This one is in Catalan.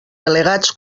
delegats